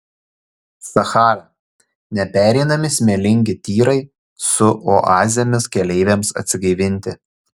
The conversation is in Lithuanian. sachara nepereinami smėlingi tyrai su oazėmis keleiviams atsigaivinti